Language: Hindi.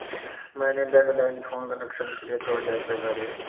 मैंने लैंडलाईन फोन कनेक्शन के लिए दो हजार रुपए भरे